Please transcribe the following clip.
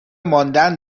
ماندن